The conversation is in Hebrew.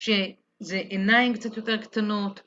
‫שזה עיניים קצת יותר קטנות.